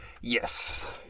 Yes